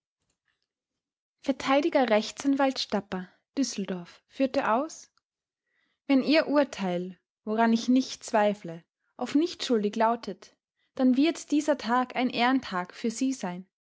verteidiger rechtsanwalt stapper düsseldorf führte aus wenn ihr urteil woran ich nicht zweifle auf nichtschuldig lautet dann wird dieser tag ein ehrentag für sie sein